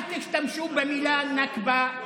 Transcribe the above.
אל תשתמשו במילה "נכבה"